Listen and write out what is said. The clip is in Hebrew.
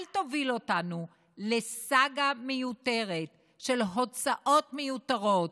אל תוביל אותנו לסאגה מיותרת של הוצאות מיותרות,